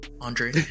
Andre